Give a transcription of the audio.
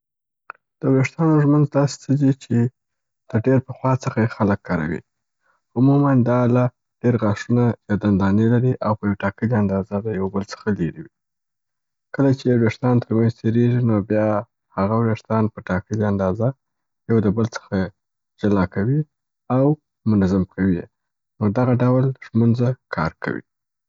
د وریښتانو ژمنځ داسي څه دي چې د ډير پخوا څخه یې خلګ کاروي. عموماً دا آله ډېر غاښونه یا دندانې لري او په یو ټاکلي اندازه د یو بل څخه لیري وی، کله چې یې وریښتان تر منځ تیریږي، نو بیا هغه وریښتان په ټاکلي اندازه یو د بل څخه جلا کوي او منظموي کوي یې. نو دغه ډول زمونږه کار کوي.